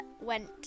went